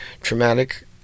traumatic